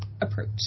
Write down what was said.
approach